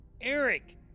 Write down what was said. Eric